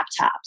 laptops